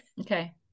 okay